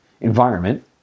environment